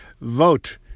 vote